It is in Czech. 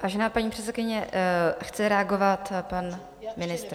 Vážená paní předsedkyně, chce reagovat pan ministr.